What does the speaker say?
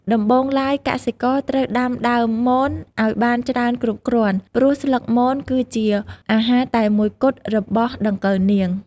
ដំបូងឡើយ កសិករត្រូវដាំដើមមនឲ្យបានច្រើនគ្រប់គ្រាន់ ព្រោះស្លឹកមនគឺជាអាហារតែមួយគត់របស់ដង្កូវនាង។